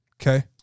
Okay